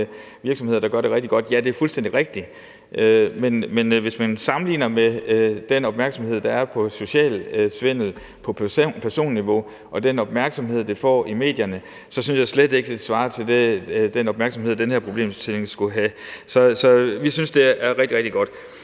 virksomheder, der gør det rigtig godt. Ja, det er fuldstændig rigtigt, men hvis man sammenligner den opmærksomhed, der er på social svindel på personniveau, og den opmærksomhed, det får i medierne, så synes jeg slet ikke, det svarer til den opmærksomhed, som den her problemstilling skulle have. Så vi synes, det her er rigtig, rigtig godt.